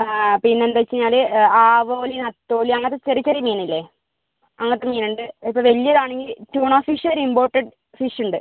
ആ പിന്നെന്താണ് വെച്ച് കഴിഞ്ഞാല് ആവോലി നത്തോലി അങ്ങനത്തെ ചെറിയ ചെറിയ മീനില്ലേ അങ്ങനത്തെ മീനുണ്ട് ഇപ്പം വലിയതാണെങ്കിൽ ട്യൂണാ ഫിഷൊര് ഇമ്പോർട്ടഡ് ഫിഷ്ണ്ട്